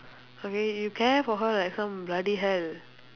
okay you care for her like some bloody hell